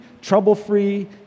trouble-free